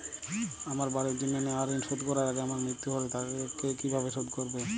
আমার বাড়ির জন্য নেওয়া ঋণ শোধ করার আগে আমার মৃত্যু হলে তা কে কিভাবে শোধ করবে?